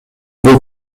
бул